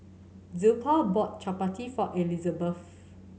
Zilpha bought Chapati for Elizebeth